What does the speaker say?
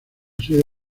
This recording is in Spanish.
sede